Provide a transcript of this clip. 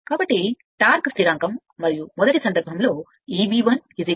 కాబట్టి టార్క్ స్థిరాంకం మరియు మొదటి సందర్భంలోEb 1 V ∅1ra